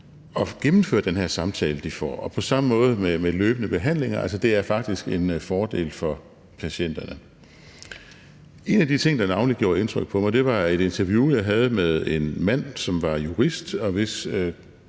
at gennemføre den her samtale. Det er på samme måde med løbende behandlinger: Det er faktisk en fordel for patienterne. En af de ting, der navnlig gjorde indtryk på mig, var et interview, jeg havde med en mand, som var jurist, og hvis